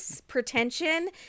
pretension